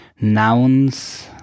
nouns